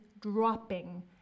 dropping